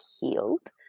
healed